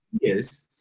Yes